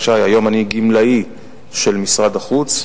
היושבת-ראש, בשעתו,